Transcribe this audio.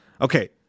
okay